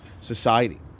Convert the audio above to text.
society